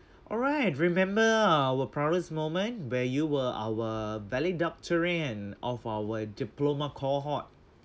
alright remember our proudest moment where you were our valedictorian of our diploma cohort